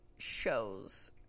shows